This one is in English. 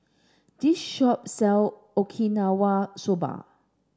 this shop sell Okinawa Soba